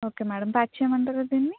okay madam pack చేయమంటారా దీన్ని